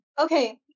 okay